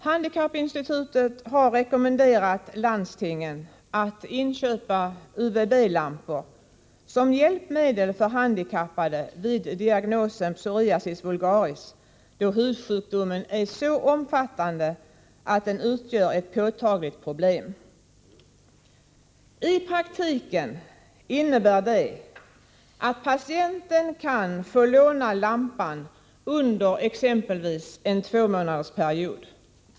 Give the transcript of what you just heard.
Handikappinstitutet har rekommenderat landstingen att inköpa UVB lampor som hjälpmedel för handikappade vid diagnosen psoriasis vulgaris, då hudsjukdomen är så omfattande att den utgör ett påtagligt problem. I praktiken innebär det att patienten kan få låna lampan under exempelvis en tvåmånadersperiod.